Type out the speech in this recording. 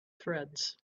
threads